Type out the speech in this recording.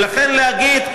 ולכן להגיד,